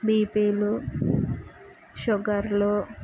బీపీలు షుగర్లు